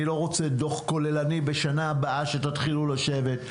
אני לא רוצה דוח כוללני שבשנה הבאה תתחילו לשבת.